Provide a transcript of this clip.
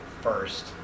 first